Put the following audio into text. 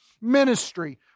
ministry